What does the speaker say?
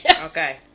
Okay